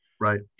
Right